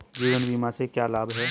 जीवन बीमा से क्या लाभ हैं?